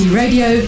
radio